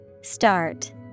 Start